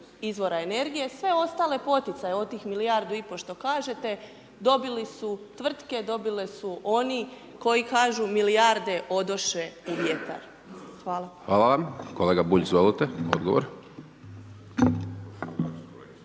izvora energije, sve ostale poticaje od tih milijardu i po što kažete dobili su tvrtke dobili su oni koji kažu milijarde odoše u vjetar. Hvala. **Hajdaš Dončić, Siniša (SDP)**